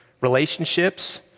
relationships